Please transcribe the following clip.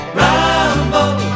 ramble